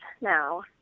now